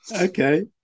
Okay